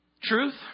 Truth